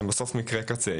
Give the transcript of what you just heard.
שהם בסוף מקרי קצה,